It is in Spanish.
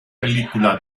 película